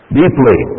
deeply